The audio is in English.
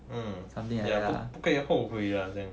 mm 不不可以后悔 lah